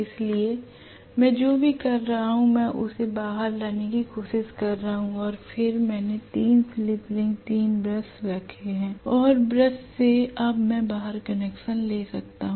इसलिए मैं जो कर रहा हूं मैं उसे बाहर लाने की कोशिश कर रहा हूं और फिर मैंने 3 स्लिप रिंग 3 ब्रश रखें और ब्रश से अब मैं बाहर कनेक्शन ले सकता हूं